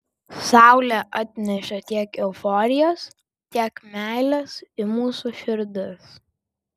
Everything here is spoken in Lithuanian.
saulė atnešė tiek euforijos tiek meilės į mūsų širdis